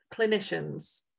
clinicians